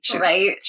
right